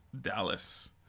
Dallas